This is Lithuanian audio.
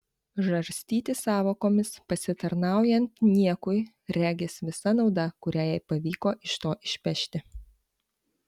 žarstytis sąvokomis pasitarnaujant niekui regis visa nauda kurią jai pavyko iš to išpešti